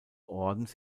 ordens